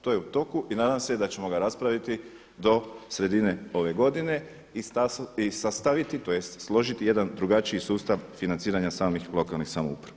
To je u toku i nadam se da ćemo ga raspraviti do sredine ove godine i sastaviti, tj. složiti jedan drugačiji sustav financiranja samih lokalnih samouprava.